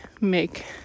make